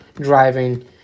driving